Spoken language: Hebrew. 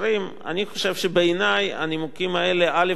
אני חושב שהנימוקים האלה לא עובדים,